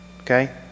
Okay